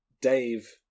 Dave